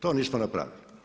To nismo napravili.